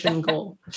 goal